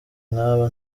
nkaba